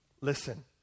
Listen